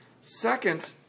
Second